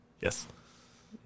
Yes